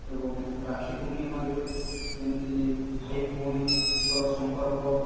ଏବଂ ରାକ୍ଷୀ ପୂର୍ଣ୍ଣିମାରେ ଯେମିତି ଭାଇ ଭଉଣୀଙ୍କର ସମ୍ପର୍କ